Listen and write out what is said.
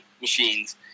machines